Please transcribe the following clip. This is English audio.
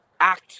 act